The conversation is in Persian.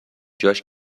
جاش